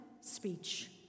speech